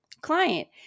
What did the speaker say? client